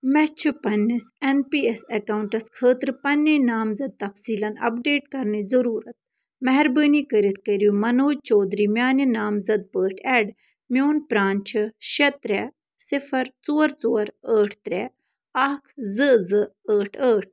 مےٚ چھِ پنٛنِس اٮ۪ن پی اٮ۪س اٮ۪کاوُنٛٹس خٲطرٕ پنٛنی نامزد تفصیٖلَن اَپڈیٹ کَرنٕچ ضٔروٗرت مہربٲنی کٔرِتھ کٔرِو منوج چودھری میٛانہِ نامزد پٲٹھۍ اٮ۪ڈ میون پرٛان چھِ شےٚ ترٛےٚ صِفر ژور ژور ٲٹھ ترٛےٚ اَکھ زٕ زٕ ٲٹھ ٲٹھ